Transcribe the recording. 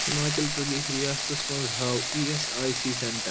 ہِماچل پرٛدیش ریاستس مَنٛز ہاو E S I C centre